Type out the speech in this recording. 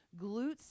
glutes